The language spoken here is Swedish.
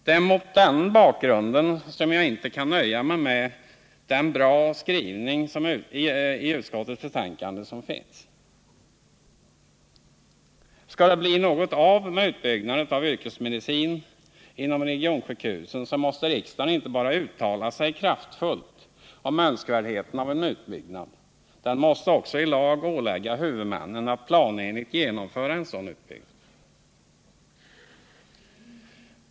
Det är mot denna bakgrund som jag inte kan nöja mig med den positiva skrivning som finns i utskottets betänkande. Skall det bli något av med Nr 23 utbyggnaden av yrkesmedicinen inom regionsjukhusen måste riksdagen inte bara uttala sig kraftfullt om önskvärdheten av en utbyggnad, utan den måste också i lag ålägga huvudmännen att planenligt genomföra en sådan utbyggnad.